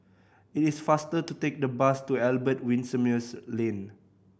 it is faster to take the bus to Albert Winsemius Lane